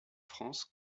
france